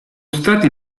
stati